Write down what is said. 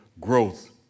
growth